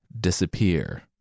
disappear